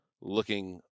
looking